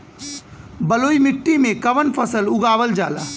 बलुई मिट्टी में कवन फसल उगावल जाला?